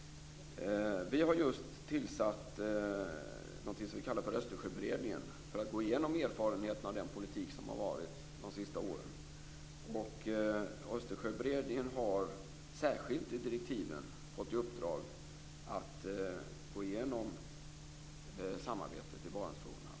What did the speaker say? Vi har just tillsatt någonting som vi kallar för Östersjöberedningen för att gå igenom erfarenheten av den politik som har förts de senaste åren. Östersjöberedningen har i direktiven särskilt fått i uppdrag att gå igenom samarbetet i Barentsfrågorna.